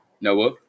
Noah